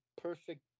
perfect